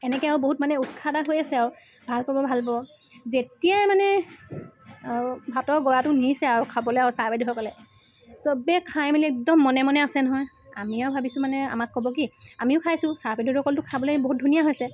এনেকৈ আৰু বহুত মানে উৎসাহ এটা হৈ আছে আৰু ভাল পাব ভাল পাব যেতিয়াই মানে ভাতৰ গৰাহটো নিছে আৰু ছাৰ বাইদেউসকলে চবে খাই মেলি একদম মনে মনে আছে নহয় আমি আৰু ভাবিছোঁ মানে আমাক ক'ব কি আমিও খাইছোঁ ছাৰ বাইদেউসকলেতো খাবলৈ বহুত ধুনীয়া হৈছে